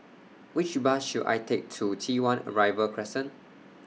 Which Bus should I Take to T one Arrival Crescent